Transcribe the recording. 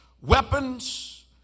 weapons